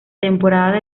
temporada